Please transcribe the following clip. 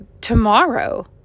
tomorrow